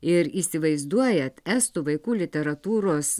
ir įsivaizduojat estų vaikų literatūros